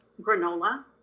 granola